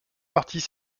parties